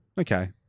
Okay